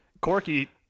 Corky